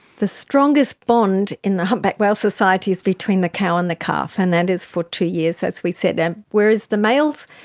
the strongest bond in the humpback whale society is between the cow and the calf, and that is for two years, as we said. whereas the males,